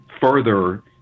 further